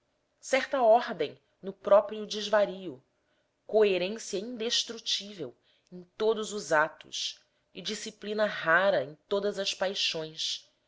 certa ordem no próprio desvario coerência indestrutível em todos os atos e disciplina rara em todas as paixões